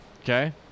Okay